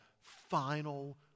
final